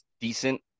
decent